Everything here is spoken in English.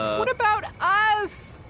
what about us?